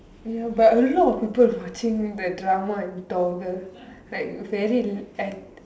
you know but a lot people watching the drama on Toggle like very